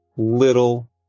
little